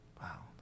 wow